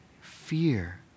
fear